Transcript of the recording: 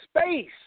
space